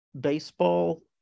baseball